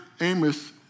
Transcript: Amos